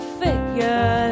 figure